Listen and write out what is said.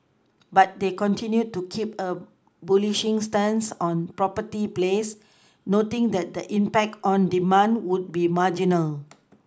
but they continued to keep a bullish stance on property plays noting that the impact on demand would be marginal